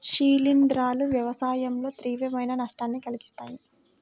శిలీంధ్రాలు వ్యవసాయంలో తీవ్రమైన నష్టాన్ని కలిగిస్తాయి